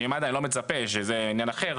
שממד"א אני לא מצפה, זה עניין אחר.